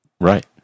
Right